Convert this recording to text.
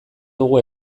dugu